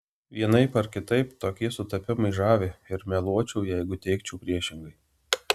vienaip ar kitaip tokie sutapimai žavi ir meluočiau jeigu teigčiau priešingai